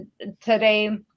today